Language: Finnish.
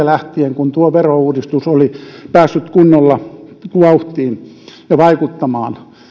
lähtien kun tuo verouudistus oli päässyt kunnolla vauhtiin ja vaikuttamaan